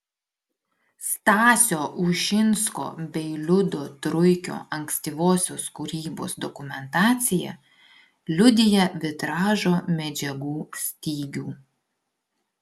stasio ušinsko bei liudo truikio ankstyvosios kūrybos dokumentacija liudija vitražo medžiagų stygių